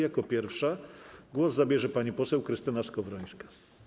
Jako pierwsza głos zabierze pani poseł Krystyna Skowrońska.